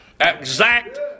Exact